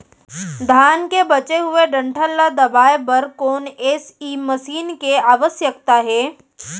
धान के बचे हुए डंठल ल दबाये बर कोन एसई मशीन के आवश्यकता हे?